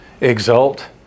Exult